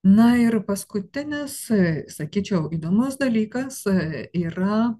na ir paskutinis sakyčiau įdomus dalykas yra